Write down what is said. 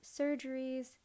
surgeries